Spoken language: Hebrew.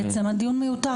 הדיון מיותר.